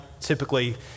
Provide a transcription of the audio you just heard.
typically